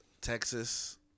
Texas